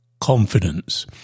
confidence